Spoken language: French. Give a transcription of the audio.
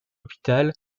hôpital